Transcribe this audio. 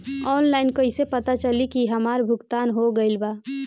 Online कईसे पता चली की हमार भुगतान हो गईल बा?